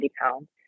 pounds